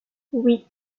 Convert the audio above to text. oui